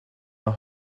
are